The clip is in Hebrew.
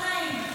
לא נעים.